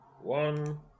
one